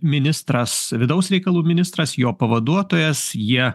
ministras vidaus reikalų ministras jo pavaduotojas jie